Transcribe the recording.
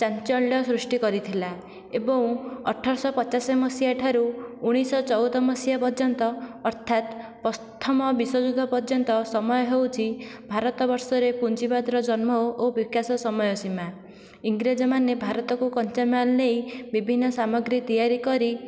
ଚାଞ୍ଚଲ୍ୟ ସୃଷ୍ଟି କରିଥିଲା ଏବଂ ଅଠରଶହ ପଚାଶ ମସିହାଠାରୁ ଉଣାଇଶଶହ ଚଉଦ ମସିହା ପର୍ଯ୍ୟନ୍ତ ଅର୍ଥାତ ପ୍ରଥମ ବିଶ୍ଵଯୁଦ୍ଧ ପର୍ଯ୍ୟନ୍ତ ସମୟ ହେଉଛି ଭାରତ ବର୍ଷରେ ପୁଞ୍ଜିବାଦର ଜନ୍ମ ଓ ବିକାଶ ସମୟ ସୀମା ଇଂରେଜମାନେ ଭାରତକୁ କଞ୍ଚାମାଲ ନେଇ ବିଭିନ୍ନ ସାମଗ୍ରୀ ତିଆରି କରି